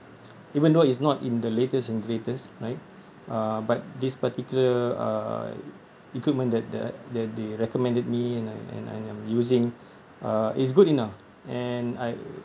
even though it's not in the latest and greatest right but this particular uh equipment that the that they recommended me and I and I and I'm using uh it's good enough and I